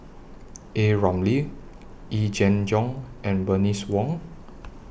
A Ramli Yee Jenn Jong and Bernice Wong